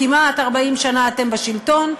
כמעט 40 שנה אתם בשלטון,